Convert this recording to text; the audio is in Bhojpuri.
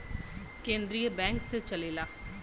केन्द्रीय बैंक से चलेला